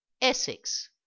Essex